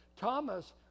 Thomas